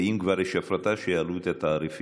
ואם כבר יש הפרטה, שיעלו את התעריפים.